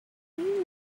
you